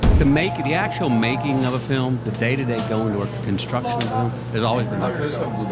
the making, the actual making of a film, the day to day going to work, the construction of the film has always been my favorite thing.